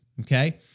Okay